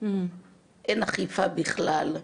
אין אכיפה בכלל,